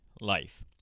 life